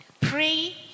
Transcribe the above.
Pray